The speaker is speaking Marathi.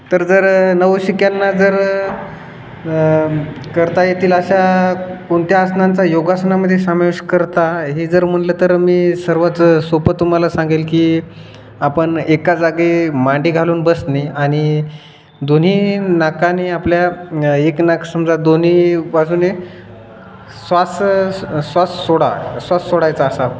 तर जर नवशिक्यांना जर करता येतील अशा कोणत्या आसनांचा योगासनामध्ये समावेश करता हे जर म्हणलं तर मी सर्वाचं सोपं तुम्हाला सांगेल की आपण एका जागी मांडी घालून बसणे आणि दोन्ही नाकाने आपल्या एक नाक समजा दोन्ही बाजूने श्वास श्वास सोडा श्वास सोडायचा असा